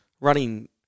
Running